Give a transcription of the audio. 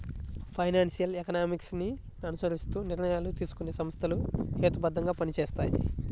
financial economics ని అనుసరిస్తూ నిర్ణయాలు తీసుకునే సంస్థలు హేతుబద్ధంగా పనిచేస్తాయి